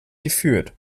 geführt